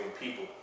people